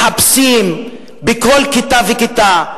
מחפשים בכל כיתה וכיתה.